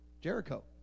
Jericho